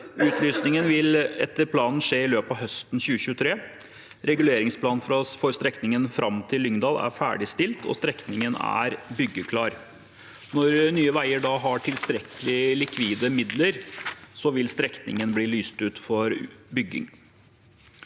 Utlysningen vil etter planen skje i løpet av høsten 2023. Reguleringsplanen for strekningen fram til Lyngdal er ferdigstilt, og strekningen er byggeklar. Når Nye veier har tilstrekkelig likvide midler, vil strekningen bli lyst ut for bygging.